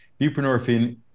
Buprenorphine